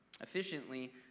efficiently